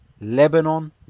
Lebanon